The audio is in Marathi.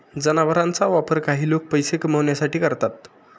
जनावरांचा वापर काही लोक पैसे कमावण्यासाठी करतात